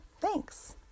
thanks